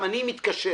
מתקשר